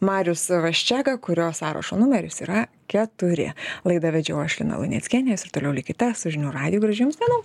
marius vaščega kurio sąrašo numeris yra keturi laidą vedžiau aš lina luneckienė jūs ir toliau likite su žinių radiju gražių jums dienų